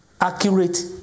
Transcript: Accurate